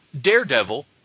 Daredevil